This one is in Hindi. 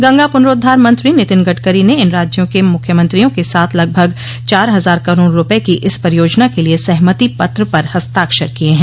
गंगा पुनरूद्वार मंत्री नितिन गडकरी ने इन राज्यों के मुख्यमंत्रियों के साथ लगभग चार हजार करोड़ रूपये की इस परियोजना के लिए सहमति पत्र पर हस्ताक्षर किये हैं